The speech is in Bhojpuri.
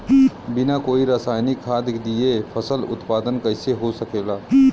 बिना कोई रसायनिक खाद दिए फसल उत्पादन कइसे हो सकेला?